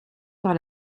par